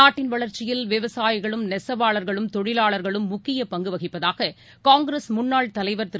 நாட்டின் வளர்ச்சியில் விவசாயிகளும் நெசவாளர்களும் தொழிலாளர்களும் முக்கியப் பங்கு வகிப்பதாக காங்கிரஸ் முன்னாள் தலைவர் திரு